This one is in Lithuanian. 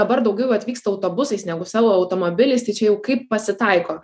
dabar daugiau atvyksta autobusais negu savo automobiliais tai čia jau kaip pasitaiko